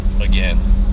again